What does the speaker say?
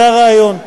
זה הרעיון.